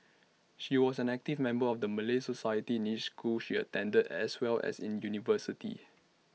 she was an active member of the Malay society in each school she attended as well as in university